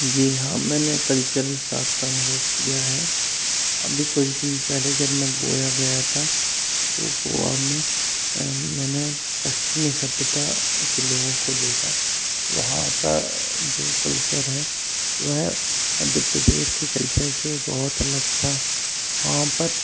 जी हाँ मैंने का अनुभव किया है अभी कुछ दिन पहले जब मैं गोवा गया था तो गोआ मैं मैने पश्चिमी सभ्यता के लोगों को देखा वहाँ का जो कल्चर है वह मध्य प्रदेश के कल्चर से बहुत अलग था वहाँ पर